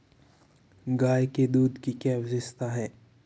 गाय के दूध की क्या विशेषता है?